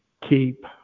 keep